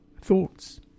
thoughts